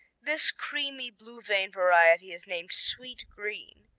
this creamy blue-vein variety is named sweet green,